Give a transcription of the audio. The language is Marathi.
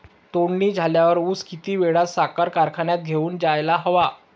तोडणी झाल्यावर ऊस किती वेळात साखर कारखान्यात घेऊन जायला हवा?